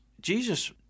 Jesus